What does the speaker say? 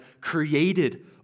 created